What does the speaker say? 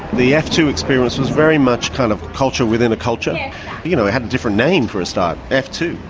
the f two experience was very much a kind of culture within a culture. you know, it had a different name for a start f two.